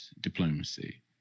diplomacy